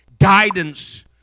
guidance